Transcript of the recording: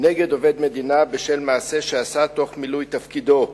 נגד עובד מדינה בשל מעשה שעשה תוך מילוי תפקידו.